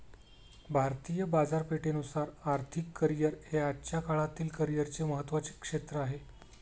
भारतीय बाजारपेठेनुसार आर्थिक करिअर हे आजच्या काळातील करिअरचे महत्त्वाचे क्षेत्र आहे